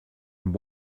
and